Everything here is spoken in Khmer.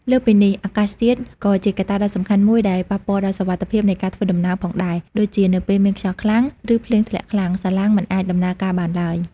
លើសពីនេះ អាកាសធាតុក៏ជាកត្តាដ៏សំខាន់មួយដែលប៉ះពាល់ដល់សុវត្ថិភាពនៃការធ្វើដំណើរផងដែរ ដូចជានៅពេលមានខ្យល់ខ្លាំង ឬភ្លៀងធ្លាក់ខ្លាំង សាឡាងមិនអាចដំណើរការបានឡើយ។